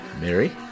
Mary